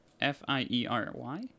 F-I-E-R-Y